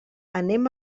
anem